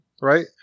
right